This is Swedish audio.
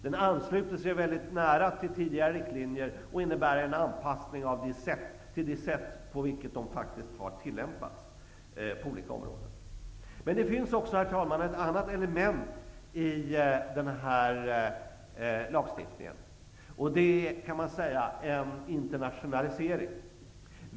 Den ansluter mycket nära till tidigare riktlinjer och innebär en anpassning till det sätt på vilket de faktiskt har tillämpats på olika områden. Men det finns också, herr talman, ett annat element i den här lagstiftningen, och det är -- kan man säga -- en internationalisering.